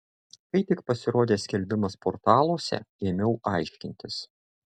kai tik pasirodė skelbimas portaluose ėmiau aiškintis